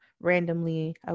randomly